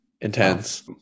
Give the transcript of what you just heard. intense